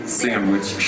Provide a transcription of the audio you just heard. sandwich